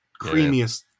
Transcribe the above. creamiest